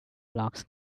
logs